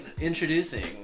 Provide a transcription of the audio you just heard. introducing